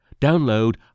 Download